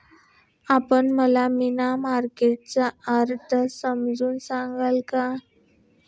आपण मला money market चा अर्थ समजावून सांगाल का?